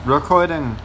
Recording